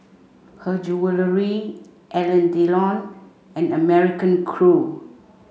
Her Jewellery Alain Delon and American Crew